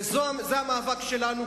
וזה המאבק שלנו,